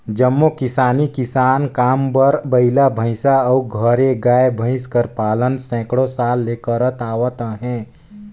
जम्मो किसान किसानी काम बर बइला, भंइसा अउ घरे गाय, भंइस कर पालन सैकड़ों साल ले करत आवत अहें